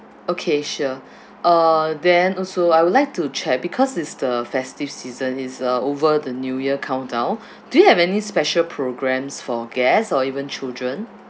okay sure uh then also I would like to check because it's the festive season is uh over the new year countdown do you have any special programs for guests or even children